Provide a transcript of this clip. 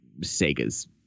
Sega's